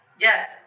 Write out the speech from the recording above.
Yes